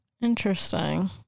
Interesting